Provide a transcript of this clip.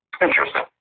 Interesting